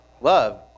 love